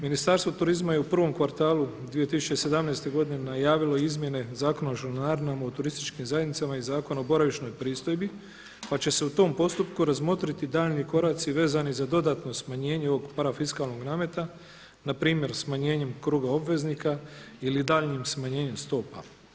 Ministarstvo turizma je u prvom kvartalu 2017. godine najavilo izmjene Zakona o članarinama u turističkim zajednicama i Zakona o boravišnoj pristojbi pa će se u tom postupku razmotriti daljnji koraci vezani za dodatno smanjenje ovog parafiskalnog nameta, npr. smanjenjem kruga obveznika ili daljnjim smanjenjem stopa.